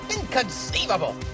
inconceivable